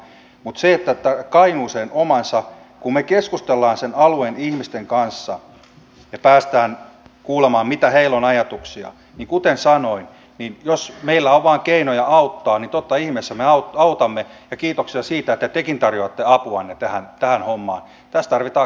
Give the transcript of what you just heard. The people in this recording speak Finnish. mutta se että kainuuseen omansa kun me keskustelemme sen alueen ihmisten kanssa ja pääsemme kuulemaan mitä ajatuksia heillä on niin kuten sanoin jos meillä vain on keinoja auttaa niin totta ihmeessä me autamme ja kiitoksia siitä että tekin tarjoatte apuanne tähän hommaan tässä tarvitaan kaikkia